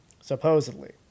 supposedly